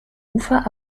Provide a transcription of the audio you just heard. ufer